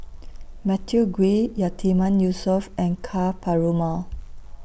Matthew Ngui Yatiman Yusof and Ka Perumal